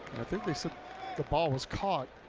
i think they said the ball was caught.